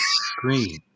screen